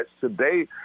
today